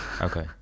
okay